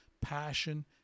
passion